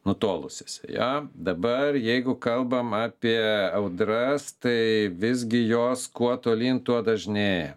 nutolusiose jo dabar jeigu kalbam apie audras tai visgi jos kuo tolyn tuo dažnėja